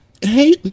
hey